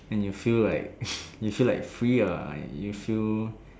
and you feel like you feel like free ah you feel